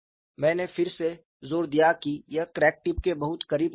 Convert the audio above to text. मैंने फिर से जोर दिया कि ये क्रैक टिप के बहुत करीब मान्य हैं